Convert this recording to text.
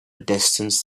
distance